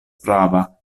prava